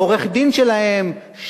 העורך-דין שלהם,